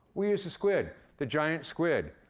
we use a squid the giant squid.